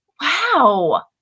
Wow